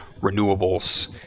renewables